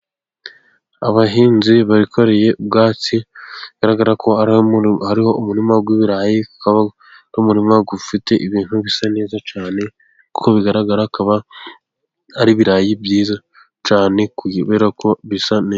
Abahinzi bikoreye ubwatsi, bigaragara ko hariho umurima w'ibirayi. ukaba ari umurima ufite ibintu bisa neza cyane, nk'uko bigaragara akaba ari ibirayi byiza cyane kubera ko bisa neza.